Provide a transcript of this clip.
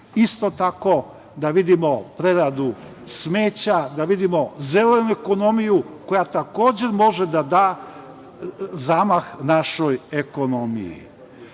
isto tako da vidimo preradu smeća, da vidimo zelenu ekonomiju koja takođe može da da zamah našoj ekonomiji. Ja